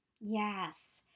Yes